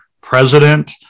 president